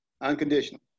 Unconditional